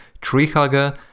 tree-hugger